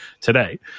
today